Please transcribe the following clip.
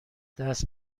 دست